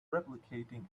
replicating